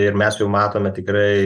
ir mes jau matome tikrai